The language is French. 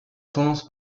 tendance